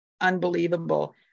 unbelievable